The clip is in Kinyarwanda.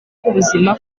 k’ubuzima